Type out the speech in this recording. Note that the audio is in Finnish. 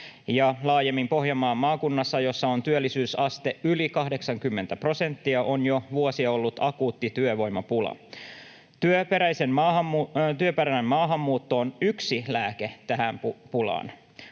laajemmin Pohjanmaan maakunnassa, jossa työllisyysaste on yli 80 prosenttia, on jo vuosia ollut akuutti työvoimapula. Työperäinen maahanmuutto on yksi lääke tähän pulaan,